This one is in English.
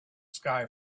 sky